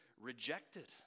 rejected